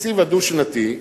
התקציב הדו-שנתי,